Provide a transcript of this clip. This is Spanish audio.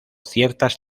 ciertas